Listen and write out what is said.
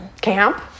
Camp